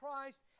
Christ